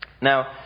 Now